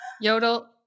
Yodel